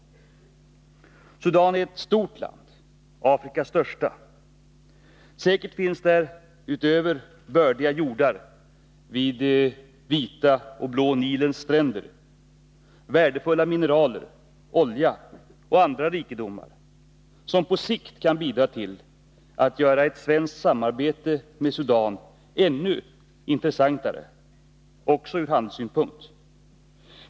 Sudan är ett stort land — Afrikas största. Säkert finns där — utöver bördiga jordar vid blå och vita Nilens stränder — värdefulla mineraler, olja och andra rikedomar, som på sikt kan bidra till att göra ett svenskt samarbete med Sudan ännu intressantare — också från handelssynpunkt.